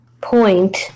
point